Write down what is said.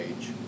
age